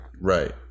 Right